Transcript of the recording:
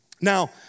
Now